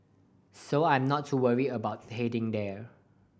so I am not too worried about heading there